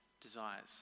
desires